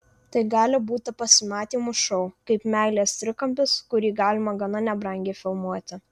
tai gali būti pasimatymų šou kaip meilės trikampis kurį galima gana nebrangiai filmuoti